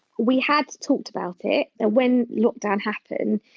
we had talked about it. ah when lockdown happened,